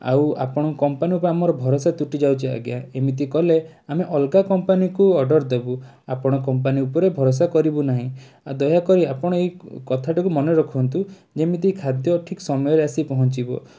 ଆଉ ଆପଣ କମ୍ପାନୀକୁ ଆମ ଭରସା ତୁଟି ଯାଉଛି ଆଜ୍ଞା ଏମିତି କଲେ ଆମେ ଅଲଗା କମ୍ପାନୀକୁ ଅର୍ଡ଼ର ଦେବୁ ଆପଣ କମ୍ପାନୀ ଉପରେ ଭରସା କରିବୁ ନାହିଁ ଆଉ ଦୟାକରି ଆପଣ ଏଇ କଥାଟିକୁ ମନେ ରଖନ୍ତୁ ଯେମିତି ଖାଦ୍ୟ ଠିକ୍ ସମୟରେ ଆସି ପହଞ୍ଚିବ